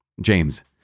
James